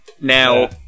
Now